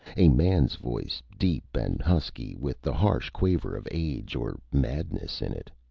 a man's voice, deep and husky, with the harsh quaver of age or madness in it.